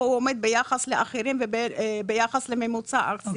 הוא עומד ביחס לאחרים וביחס לממוצע הארצי.